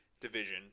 division